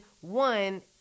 One